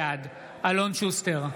בעד אלון שוסטר,